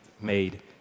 made